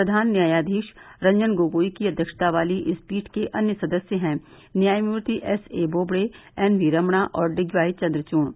प्रधान न्यायाधीश रंजन गोगोई की अध्यक्षता वाली इस पीठ के अन्य सदस्य हैं न्यायमूर्ति एसए बोबडे एनवी रमणा और डीवाई चंद्रचूढ़